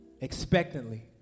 expectantly